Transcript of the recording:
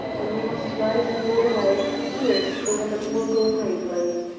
when we must rise and go away, here is the woman who will go bravely!